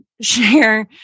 share